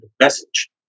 Message